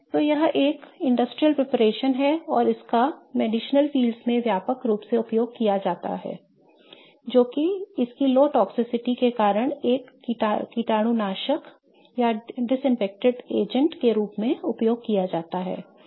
तो यह एक औद्योगिक तैयारी है और इसका औषधीय क्षेत्रों में व्यापक रूप से उपयोग किया जाता है जो कि इसकी लो टॉक्ससिटी के कारण एक कीटाणुनाशक एजेंट के रूप में उपयोग किया जाता है